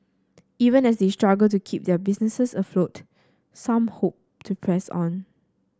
even as they struggle to keep their businesses afloat some hope to press on